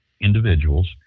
individuals